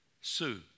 Sue